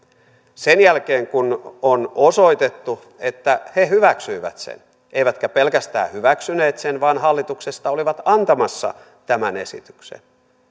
sen jälkeen kun on osoitettu että he hyväksyivät sen eivätkä pelkästään hyväksyneet vaan hallituksesta olivat antamassa tämän esityksen